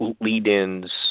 lead-ins